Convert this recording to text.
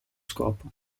scopo